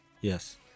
yes